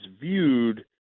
viewed